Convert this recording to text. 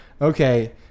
okay